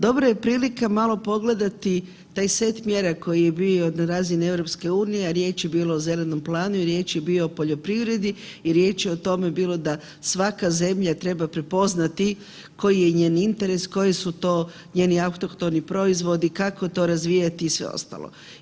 Dobra je prilika malo pogledati taj set mjera koji je bio na razini EU, a riječ je bilo o Zelenom planu i riječ je bio o poljoprivredi i riječ je o tome bilo da svaka zemlja treba prepoznati koji je njen interes, koji su to njeni autohtoni proizvodi, kako to razvijati i sve ostalo.